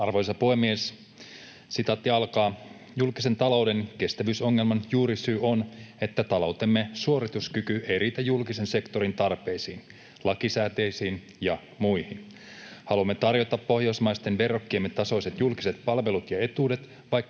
Arvoisa puhemies! ”Julkisen talouden kestävyysongelman juurisyy on, että taloutemme suorituskyky ei riitä julkisen sektorin tarpeisiin, lakisääteisiin ja muihin. Haluamme tarjota pohjoismaisten verrokkiemme tasoiset julkiset palvelut ja etuudet, vaikka